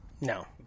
No